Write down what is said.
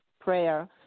prayer